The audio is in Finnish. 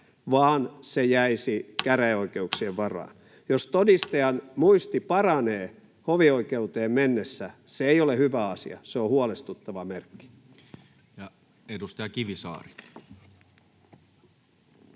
koputtaa] käräjäoikeuksien varaan? Jos todistajan muisti paranee hovioikeuteen mennessä, se ei ole hyvä asia, se on huolestuttava merkki. [Speech 151]